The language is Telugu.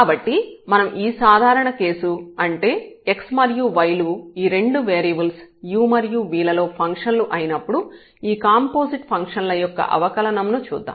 కాబట్టి మనం ఈ సాధారణ కేసు అంటే x మరియు y లు ఈ రెండు వేరియబుల్స్ u మరియు v లలో ఫంక్షన్ లు అయినప్పుడు ఈ కాంపోజిట్ ఫంక్షన్ ల యొక్క అవకలనం ను చూద్దాం